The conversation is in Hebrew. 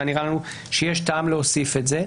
היה נראה לנו שיש טעם להוסיף את זה.